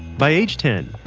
by age ten,